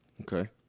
Okay